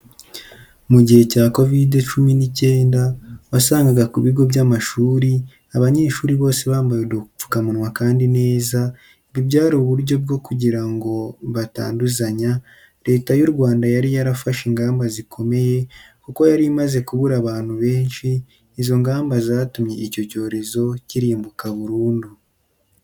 Mu gihe cya Covide cumi n'icyenda wasangaga ku bigo by'amashuri abanyeshuri bose bambaye udupfukamunwa kandi neza, ibi byari uburyo bwo kugira ngo batanduzanya, Leta y'u Rwanda yari yarafashe ingamba zikomeye kuko yari imaze kubura abantu benshi, izo ngamba zatumye icyo cyorezo kirimbuka burundu.